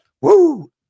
Woo